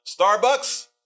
starbucks